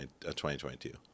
2022